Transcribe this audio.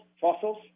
fossils